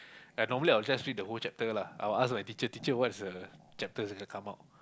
ya normally I will just read the whole chapter lah I will ask my teacher teacher what is the chapter that will come out